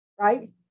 right